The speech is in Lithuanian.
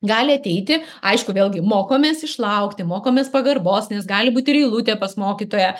gali ateiti aišku vėlgi mokomės išlaukti mokomės pagarbos nes gali būt ir eilutė pas mokytoją